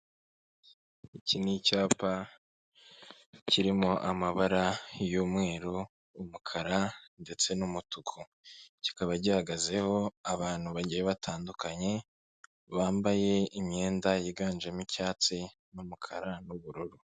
Iki ni icyapa kirimo amabara y'umweru, umukara ndetse n'umutuku. Kikaba gihagazeho abantu bagiye batandukanye, bambaye imyenda yiganjemo icyatsi n'umukara n'ubururu.